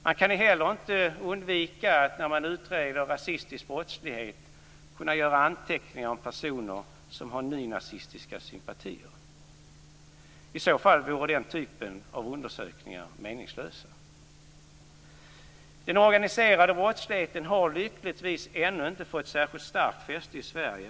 Man kan heller inte undvika när man utreder rasistisk brottslighet att göra anteckningar om personer som har nynazistiska sympatier. I så fall vore den typen av undersökningar meningslösa. Den organiserade brottsligheten har lyckligtvis ännu inte fått särskilt starkt fäste i Sverige.